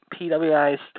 PWI's